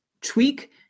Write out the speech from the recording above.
tweak